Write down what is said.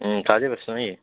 হুম থাকি তো শুনি